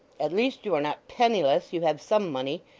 at least you are not penniless. you have some money.